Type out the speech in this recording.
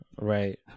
right